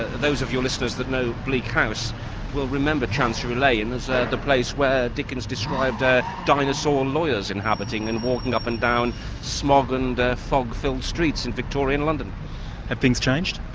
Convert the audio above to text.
those of your listeners that know bleak house will remember chancery lane as ah the place where dickens described ah dinosaur lawyers inhabiting and walking up and down smog and fog-filled streets in victorian london. have things changed?